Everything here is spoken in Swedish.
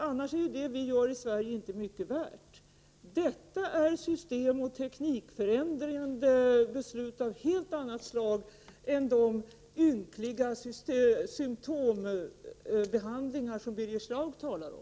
Annars är det vi gör i Sverige inte mycket värt. Detta är systemoch teknikförändrande beslut av helt annat slag än de ynkliga symtombehandlingar som Birger Schlaug talar om.